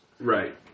Right